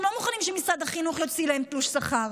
אתם לא מוכנים שמשרד החינוך יוציא להם תלוש שכר,